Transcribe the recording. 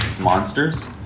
monsters